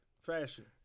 fashion